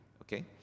okay